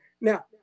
Now